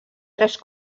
tres